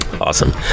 Awesome